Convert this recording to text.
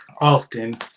often